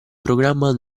programma